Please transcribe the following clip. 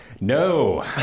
No